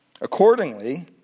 Accordingly